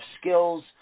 skills